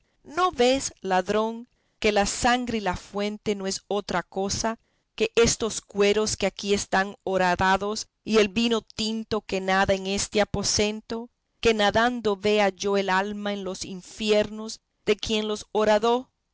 no vees ladrón que la sangre y la fuente no es otra cosa que estos cueros que aquí están horadados y el vino tinto que nada en este aposento que nadando vea yo el alma en los infiernos de quien los horadó